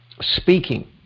speaking